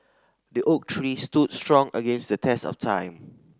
the oak tree stood strong against the test of time